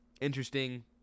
interesting